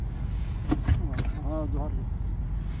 ᱚ ᱡᱚᱦᱟᱨ ᱜᱮ